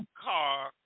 car